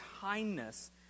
kindness